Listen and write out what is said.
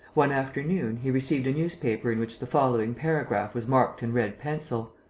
one afternoon, he received a newspaper in which the following paragraph was marked in red pencil